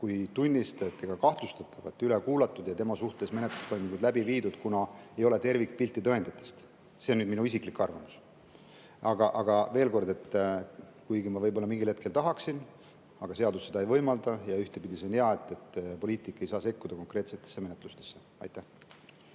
kui tunnistajat ega kahtlustatavat veel üle kuulatud ja tema suhtes menetlustoiminguid läbi viidud, kuna ei ole tervikpilti tõenditest. See on minu isiklik arvamus. Aga veel kord, kuigi ma võib-olla mingil hetkel seda tahaksin, siis seadus seda ei võimalda, ja ühtepidi on see ka hea, et poliitik ei saa sekkuda konkreetsetesse menetlustesse. Aitäh